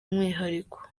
umwihariko